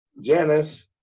Janice